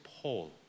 Paul